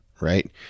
right